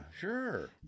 Sure